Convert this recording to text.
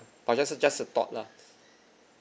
but just a just a thought lah